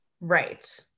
Right